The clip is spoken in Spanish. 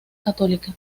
católica